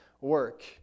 work